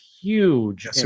huge